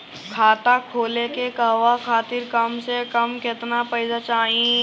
खाता खोले के कहवा खातिर कम से कम केतना पइसा चाहीं?